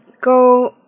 go